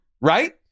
right